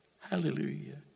Hallelujah